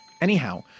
Anyhow